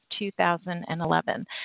2011